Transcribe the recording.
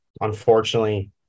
unfortunately